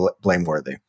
blameworthy